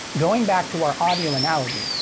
going back to our audio analogy,